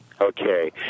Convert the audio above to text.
Okay